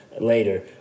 later